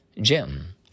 Jim